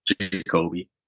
Jacoby